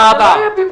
אבל זה לא במקום.